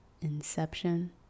Inception